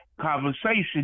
conversation